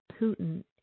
Putin